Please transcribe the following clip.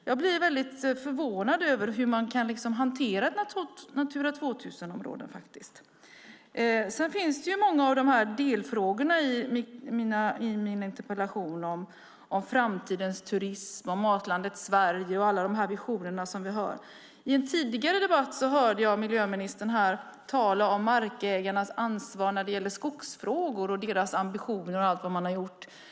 Jag blir väldigt förvånad över hur man kan hantera Natura 2000-områden. Det finns många delfrågor i min interpellation som handlar om framtidens turism, Matlandet Sverige och alla de visioner som vi har. I en tidigare debatt hörde jag miljöministern tala om markägarnas ansvar när det gäller skogsfrågor, deras ambitioner och allt vad de har gjort.